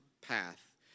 path